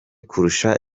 kurusha